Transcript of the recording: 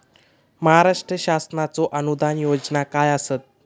महाराष्ट्र शासनाचो अनुदान योजना काय आसत?